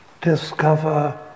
Discover